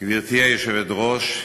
גברתי היושבת-ראש,